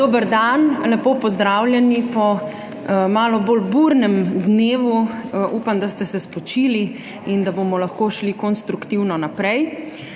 Dober dan! Lepo pozdravljeni po malo bolj burnem dnevu. Upam, da ste se spočili in da bomo lahko šli konstruktivno naprej.